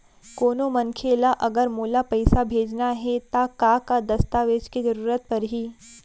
कोनो मनखे ला अगर मोला पइसा भेजना हे ता का का दस्तावेज के जरूरत परही??